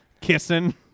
kissing